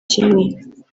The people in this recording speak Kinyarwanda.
kimwe